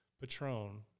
Patron